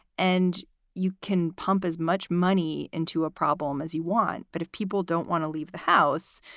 and you can pump as much money into a problem as you want. but if people don't want to leave the house,